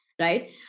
right